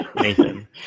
Nathan